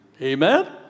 Amen